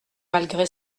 malgré